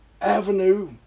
avenue